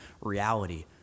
reality